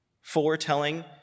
foretelling